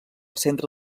centre